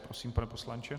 Prosím, pane poslanče.